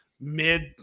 mid